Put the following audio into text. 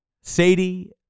Sadie